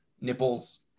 nipples